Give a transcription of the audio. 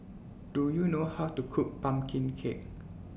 Do YOU know How to Cook Pumpkin Cake